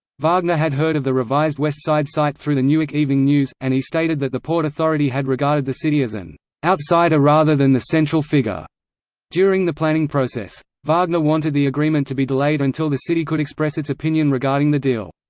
wagner had heard of the revised west side site through the newark evening news, and he stated that the port authority had regarded the city as an outsider rather than the central figure during the planning process. wagner wanted the agreement to be delayed until the city could express its opinion regarding the deal.